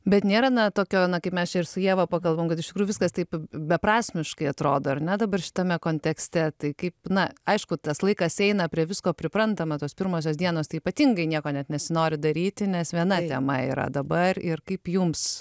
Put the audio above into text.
bet nėra na tokio na kaip mes čia ir su ieva pakalbam kad iš tikrųjų viskas taip beprasmiškai atrodo ar ne dabar šitame kontekste tai kaip na aišku tas laikas eina prie visko priprantama tos pirmosios dienos tai ypatingai nieko net nesinori daryti nes viena tema yra dabar ir kaip jums